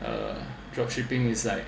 uh drop shipping is like